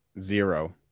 Zero